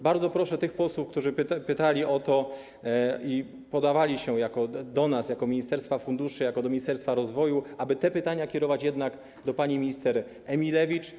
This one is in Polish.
Bardzo proszę tych posłów, którzy pytali o to, i zwracali się do nas jako do ministerstwa funduszy, jako do Ministerstwa Rozwoju, aby te pytania kierować jednak do pani minister Emilewicz.